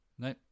No